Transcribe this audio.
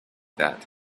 that